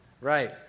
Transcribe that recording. Right